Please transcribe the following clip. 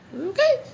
Okay